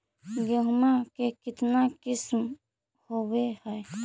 गेहूमा के कितना किसम होबै है?